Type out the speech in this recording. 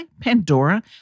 Pandora